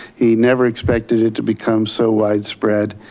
he never expected to become so widespread.